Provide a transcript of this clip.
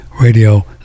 radio